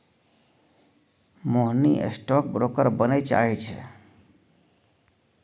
मोहिनी stock broker बनय चाहै छै